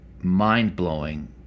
mind-blowing